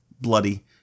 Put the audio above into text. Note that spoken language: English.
bloody